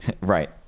Right